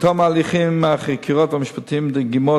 בתום ההליכים החקיקתיים והמשפטיים דגימות